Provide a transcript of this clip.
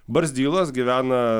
barzdylos gyvena